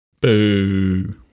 Boo